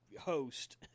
host